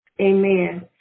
Amen